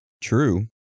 True